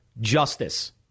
Justice